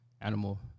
animal